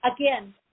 again